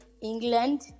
England